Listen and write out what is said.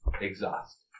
Exhaust